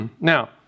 Now